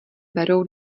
berou